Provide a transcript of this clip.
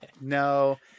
No